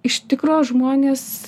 iš tikro žmonės